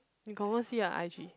you confirm see her i_g